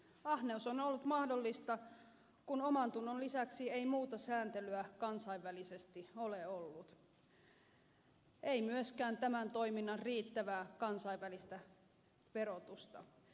ahneus on ollut mahdollista kun omantunnon lisäksi ei muuta sääntelyä kansainvälisesti ole ollut ei myöskään tämän toiminnan riittävää kansainvälistä verotusta